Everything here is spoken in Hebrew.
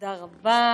תודה רבה,